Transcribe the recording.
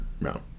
No